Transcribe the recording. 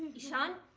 ishaan.